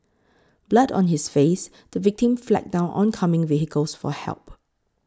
blood on his face the victim flagged down oncoming vehicles for help